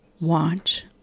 watch